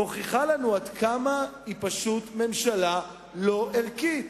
מוכיחה לנו עד כמה היא פשוט ממשלה לא ערכית.